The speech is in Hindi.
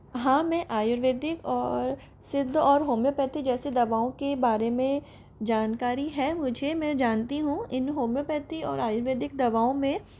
हाँ मैं आयुर्वेदिक और सिद्ध और होम्योपैथी जैसी दवाओं के बारे में जानकारी है मुझे मैं जानती हूँ इन होम्योपैथी और आयुर्वेदिक दवाओं में